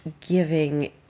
giving